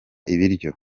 ibiryo